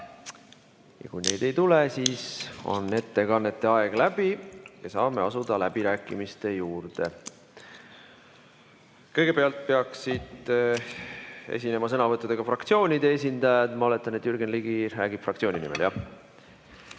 Ja kui neid ei tule, siis on ettekannete aeg läbi ja saame asuda läbirääkimiste juurde. Kõigepealt peaksid esinema sõnavõttudega fraktsioonide esindajad. Ma oletan, et Jürgen Ligi räägib fraktsiooni nimel.